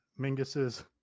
Mingus's